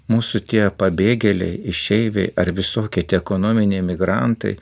mūsų tie pabėgėliai išeiviai ar visokie tie ekonominiai emigrantai